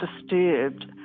disturbed